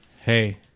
hey